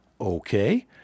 Okay